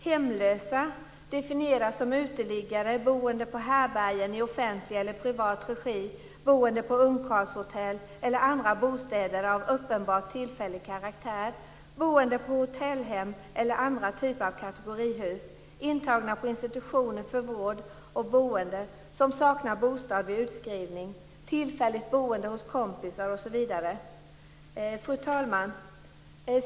Hemlösa definieras som uteliggare, boende på härbärgen i offentlig eller privat regi, boende på ungkarlshotell eller i andra bostäder av uppenbart tillfällig karaktär, boende på hotellhem eller i andra typer av kategorihus, intagna på institutioner för vård och boende som saknar bostad vid utskrivningen, tillfälligt boende hos kompisar, osv. Fru talman!